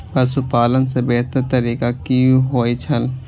पशुपालन के बेहतर तरीका की होय छल?